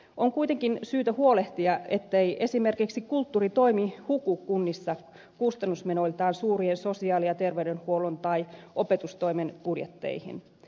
on kuitenkin syytä huolehtia ettei esimerkiksi kulttuuritoimi huku kunnissa kustannusme noiltaan suurien sosiaali ja terveydenhuollon tai opetustoimen budjetteihin